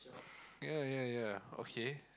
ya ya ya okay